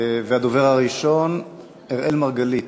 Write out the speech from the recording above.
הדובר הראשון, אראל מרגלית,